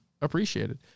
appreciated